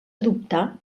adoptar